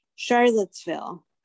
Charlottesville